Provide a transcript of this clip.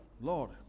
Lord